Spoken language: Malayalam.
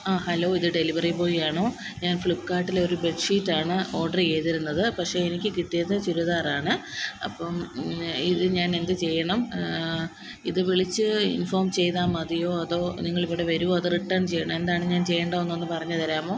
ആ ഹലോ ഇത് ഡെലിവെറി ബോയ് ആണോ ഞാന് ഫ്ലിപ്ക്കാർട്ടിൽ ഒരു ബെഡ്ഷീറ്റ് ആണ് ഓര്ഡർ ചെയ്തിരുന്നത് പക്ഷെ എനിക്ക് കിട്ടിയത് ചുരിദാറാണ് അപ്പം ഇത് ഞാൻ എന്ത് ചെയ്യണം ഇത് വിളിച്ച് ഇന്ഫോം ചെയ്താൽ മതിയോ അതോ നിങ്ങൾ ഇവിടെ വരുമോ അതൊ റിട്ടേണ് ചെയ്യണോ എന്താണ് ഞാന് ചെയ്യണ്ടതെന്ന് ഒന്ന് പറഞ്ഞു തരാമോ